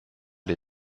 die